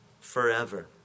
forever